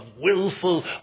willful